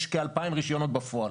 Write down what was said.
יש כ-2,000 רישיונות בפועל.